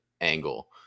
angle